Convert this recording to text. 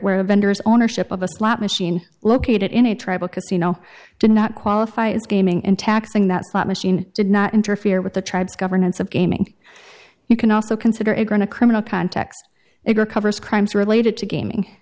where a vendor's ownership of a slot machine located in a tribal casino did not qualify as gaming and taxing that slot machine did not interfere with the tribes governance of gaming you can also consider it a criminal context it recovers crimes related to gaming